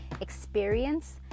experience